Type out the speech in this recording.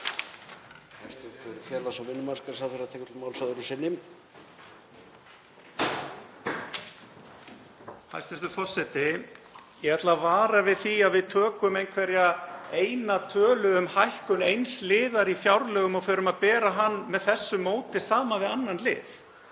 Hæstv. forseti. Ég ætla að vara við því að við tökum einhverja eina tölu um hækkun eins liðar í fjárlögum og förum að bera hann með þessu móti saman við annan lið.